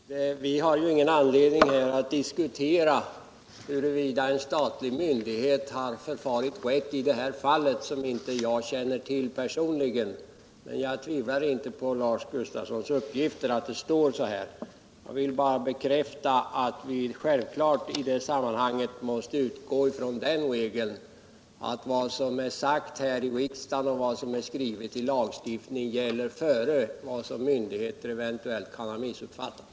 Herr talman! Vi har ju i detta sammanhang ingen anledning att diskutera huruvida en statlig myndighet har förfarit rätt i ett visst fall. Jag känner inte till detta personligen, men jag tvivlar inte på Lars Gustafssons uppgifter om det. Jag kan bara deklarera att vi självfallet i det sammanhanget måste utgå från den regeln att vad riksdagen uttalat och vad som är föreskrivet i lagstiftning gäller före eventuella missuppfattningar på myndighetshåll.